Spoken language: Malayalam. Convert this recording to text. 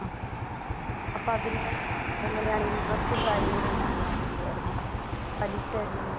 ആ അപ്പോൾ അതിന് എങ്ങനെയാണ് ഇൻട്രസ്റ്റും കാര്യങ്ങളും ഒന്നും അറിയാൻ വേണ്ടിയായിരുന്നു പലിശ എങ്ങനെയാണ്